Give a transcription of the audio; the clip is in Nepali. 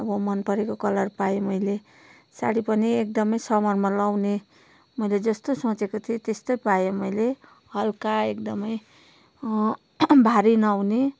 अब मन परेको कलर पाएँ मैले साडी पनि एकदमै समरमा लाउने मैले जस्तो सोचेको थिएँ त्यस्तै पाएँ मैले हल्का एकदमै भारी नहुने